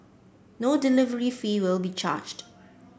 no delivery fee will be charged